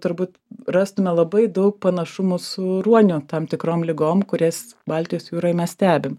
turbūt rastume labai daug panašumų su ruonių tam tikrom ligom kurias baltijos jūroj mes stebim